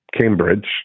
Cambridge